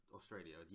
Australia